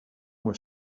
was